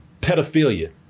pedophilia